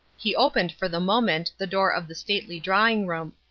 he opened for the moment the door of the stately drawing-room.